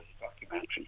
documentary